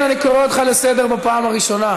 חבר הכנסת שטרן, אני קורא אותך לסדר בפעם הראשונה.